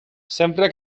sempre